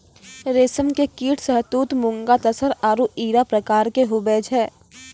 रेशम के कीट शहतूत मूंगा तसर आरु इरा प्रकार के हुवै छै